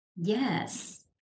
Yes